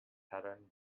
pattern